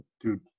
dude